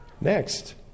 Next